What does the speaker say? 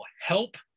help